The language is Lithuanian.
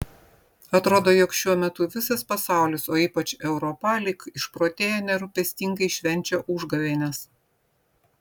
atrodo jog šiuo metu visas pasaulis o ypač europa lyg išprotėję nerūpestingai švenčia užgavėnes